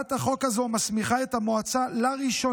הצעת החוק הזו מסמיכה את המועצה לראשונה